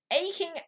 aching